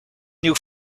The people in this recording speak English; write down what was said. new